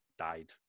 died